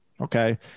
okay